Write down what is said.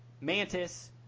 mantis